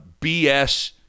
BS